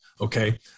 Okay